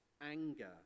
anger